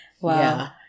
Wow